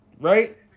right